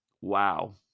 Wow